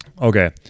Okay